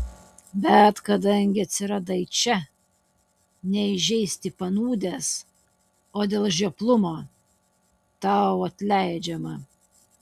bet kadangi atsiradai čia ne įžeisti panūdęs o dėl žioplumo tau atleidžiama